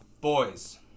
Boys